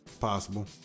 possible